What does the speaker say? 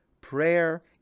prayer